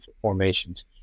formations